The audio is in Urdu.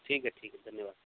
ٹھیک ہے ٹھیک ہے دھنیواد